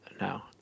now